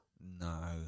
No